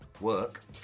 work